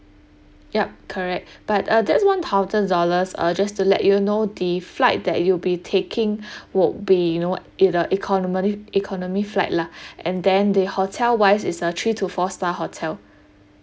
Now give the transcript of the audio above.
yup correct but uh that one thousand dollars uh just to let you know the flight that you'll be taking would be you know in the economy economy flight lah and then the hotel wise is a three to four star hotel